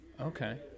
okay